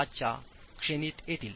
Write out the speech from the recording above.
5 च्या श्रेणीत येतील